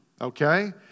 Okay